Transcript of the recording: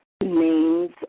names